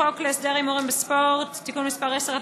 חוק להסדר ההימורים בספורט (תיקון מס' 10),